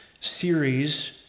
series